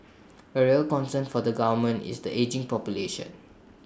A real concern for the government is the ageing population